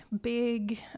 big